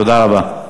תודה רבה.